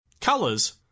colors